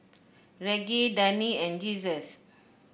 Reggie Dani and Jesus